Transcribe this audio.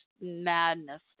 madness